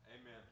Amen